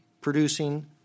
producing